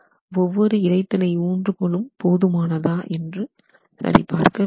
ஒவ்வொரு இடைத்திரை ஊன்றுகோலும் போதுமானதா என்று சரி பார்த்தல் வேண்டும்